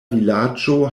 vilaĝo